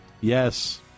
Yes